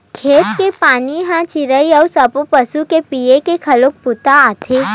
खेत के पानी ह चिरई अउ सब्बो पसु के पीए के घलोक बूता आथे